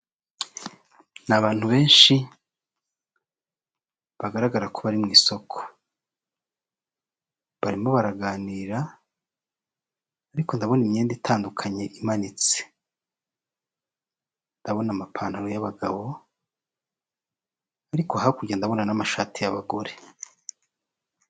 Ni abantu benshi bagaragara ko bari mu isoko barimo baraganira ariko ndabona imyenda itandukanye imanitse ndabona amapantaro y'abagabo ariko hakurya ndabona n'amashati y'abagore.